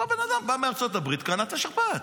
בן אדם בא מארצות הברית, קנה את השכפ"ץ.